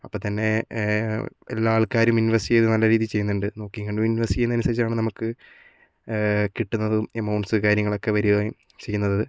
അപ്പോൾത്തന്നെ എല്ലാ ആൾക്കാരും ഇൻവെസ്റ്റ് ചെയ്ത് നല്ല രീതിയിൽ ചെയ്യുന്നുണ്ട് നോക്കിയും കണ്ടും ഇൻവെസ്റ്റ് ചെയ്യുന്നത് അനുസരിച്ചാണ് നമുക്ക് കിട്ടുന്നതും എമൗണ്ട്സ് കാര്യങ്ങളൊക്ക വരികയും ചെയ്യുന്നത്